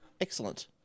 Excellent